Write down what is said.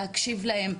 להקשיב להם,